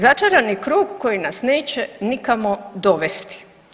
Začarani krug koji nas neće nikamo dovesti.